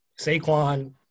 Saquon –